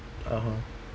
(uh huh)